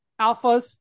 alphas